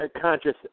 conscious